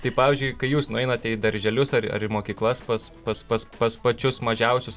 tai pavyzdžiui kai jūs nueinate į darželius ar ar į mokyklas pas pas pas pas pačius mažiausius